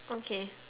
okay